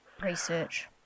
research